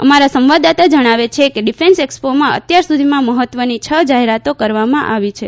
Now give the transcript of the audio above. અમારા સંવાદદાતા જણાવે છેકે ડીફેન્સ એકસ્પોમાં અત્યાર સુધીમાં મહત્વની છ જાહેરાતો કરવામાં આવી છે